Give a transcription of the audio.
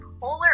polar